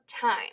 time